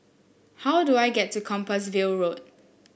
how do I get to Compassvale Road